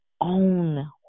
own